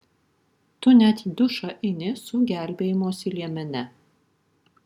tu net į dušą eini su gelbėjimosi liemene